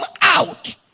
out